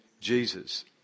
Jesus